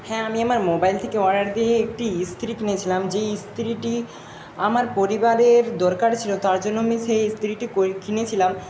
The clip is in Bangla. হ্যাঁ আমি আমার মোবাইল থেকে অর্ডার দিয়ে একটি ইস্তিরি কিনেছিলাম যেই ইস্তিরিটি আমার পরিবারের দরকার ছিল তার জন্য আমি সেই ইস্তিরিটি কিনেছিলাম